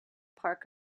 park